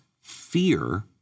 fear